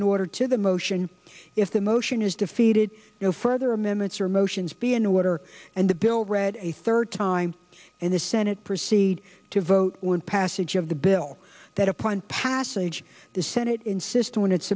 in order to the motion if the motion is defeated in further minutes or motions be an order and the bill read a third time and the senate proceed to vote passage of the bill that upon passage the senate insisted on its